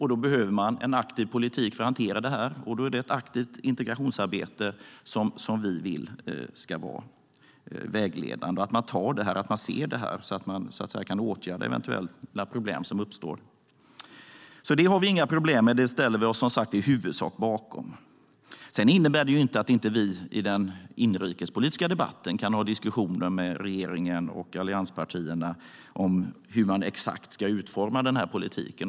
Då behöver man en aktiv politik för att hantera det. Vi vill att ett aktivt integrationsarbete ska vara vägledande, så att man kan åtgärda eventuella problem som uppstår. Detta har vi alltså inga problem med. Vi ställer oss som sagt i huvudsak bakom det. Men det innebär inte att vi inte i den inrikespolitiska debatten kan föra diskussioner med regeringen och allianspartierna om exakt hur man ska utforma politiken.